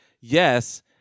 yes